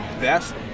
best